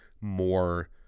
more